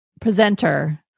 presenter